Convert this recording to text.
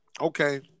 okay